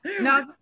No